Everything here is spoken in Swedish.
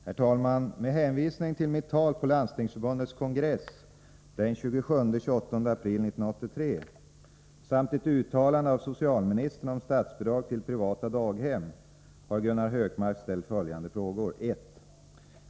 Herr talman! Med hänvisning till mitt tal på Landstingsförbundets kongress den 27-28 april 1983 samt ett uttalande av socialministern om statsbidrag till privata daghem har Gunnar Hökmark ställt följande frågor. 1.